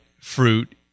fruit